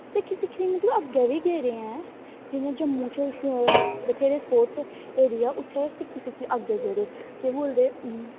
सिक्खी सिक्खी मतलब अग्गें बी गेदे ऐं जि'यां जम्मू च बथ्हेरे स्पोर्टस एरिया ऐ उत्थै सिक्खी सिक्खी अग्गें गेदे केह् बोलदे